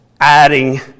adding